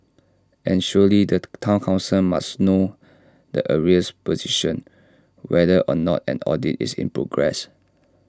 and surely the Town Council must know the arrears position whether or not an audit is in progress